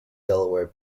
delaware